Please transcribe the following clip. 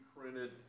printed